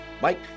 Mike